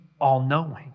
all-knowing